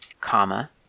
comma